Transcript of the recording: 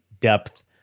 depth